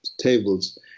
tables